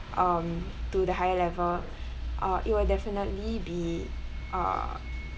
um to the higher level uh it will definitely be err